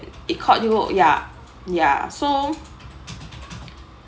it caught you ya ya so